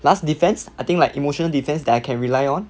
last defense I think like emotional defense that I can rely on